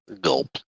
Gulp